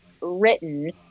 written